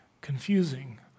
confusing